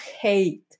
hate